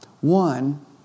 One